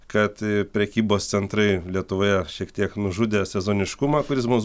kad prekybos centrai lietuvoje šiek tiek nužudė sezoniškumą kuris mums